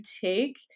take